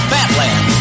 Batland